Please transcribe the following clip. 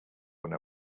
one